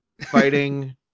fighting